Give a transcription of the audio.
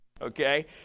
okay